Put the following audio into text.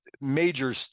major